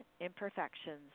imperfections